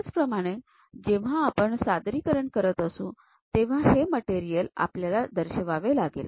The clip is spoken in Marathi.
त्याचप्रमाणे जेव्हा आपण सादरीकरण करत असू तेव्हा हे मटेरियल आपल्याला दर्शवावे लागेल